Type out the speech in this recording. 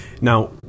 now